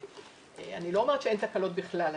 אני לא אומרת שאין תקלות בכלל,